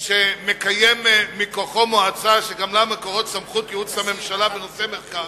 שמקיים מכוחו מועצה שגם לה מקורות סמכות ייעוץ לממשלה בנושא מחקר,